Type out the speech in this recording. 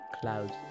clouds